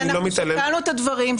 מעבר לזה אנחנו שקלנו את הדברים.